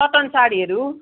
cotton साडीहरू